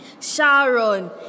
Sharon